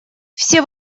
все